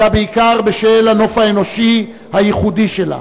אלא בעיקר בשל הנוף האנושי הייחודי שלה